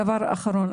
דבר אחרון,